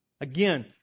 Again